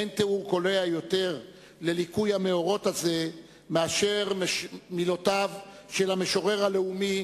אין תיאור קולע יותר לליקוי המאורות הזה מאשר מילותיו של המשורר הלאומי,